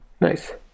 Nice